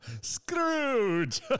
Scrooge